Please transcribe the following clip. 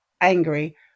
angry